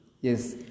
Yes